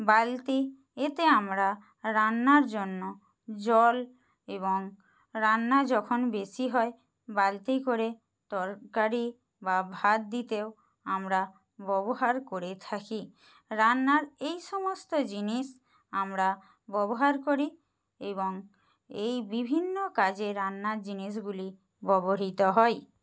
বালতি এতে আমরা রান্নার জন্য জল এবং রান্না যখন বেশি হয় বালতি করে তরকারি বা ভাত দিতেও আমরা ব্যবহার করে থাকি রান্নার এই সমস্ত জিনিস আমরা ব্যবহার করি এবং এই বিভিন্ন কাজে রান্নার জিনিসগুলি ব্যবহৃত হয়